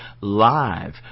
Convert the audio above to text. live